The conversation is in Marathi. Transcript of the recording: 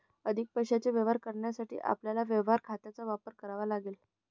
अधिक पैशाचे व्यवहार करण्यासाठी आपल्याला व्यवहार खात्यांचा वापर करावा लागेल